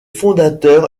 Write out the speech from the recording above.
fondateur